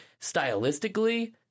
stylistically